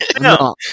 No